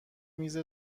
میز